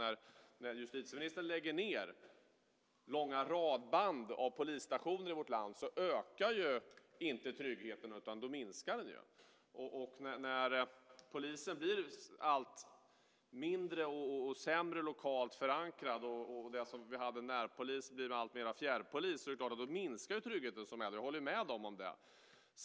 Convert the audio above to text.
När justitieministern lägger ned långa radband av polisstationer i vårt land ökar inte tryggheten, utan den minskar. När polisen blir allt mindre och sämre lokalt förankrad och närpolisen blir alltmer fjärrpolis minskar tryggheten för de äldre. Jag håller med dem om det.